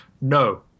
No